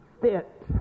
fit